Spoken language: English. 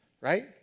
right